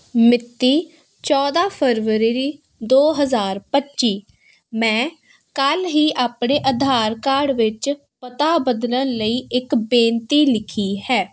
ਮਿਤੀ ਚੌਦ੍ਹਾਂ ਫਰਵਰੀ ਦੋ ਹਜ਼ਾਰ ਪੱਚੀ ਮੈਂ ਕੱਲ੍ਹ ਹੀ ਆਪਣੇ ਆਧਾਰ ਕਾਰਡ ਵਿੱਚ ਪਤਾ ਬਦਲਣ ਲਈ ਇੱਕ ਬੇਨਤੀ ਲਿਖੀ ਹੈ